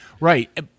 Right